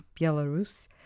Belarus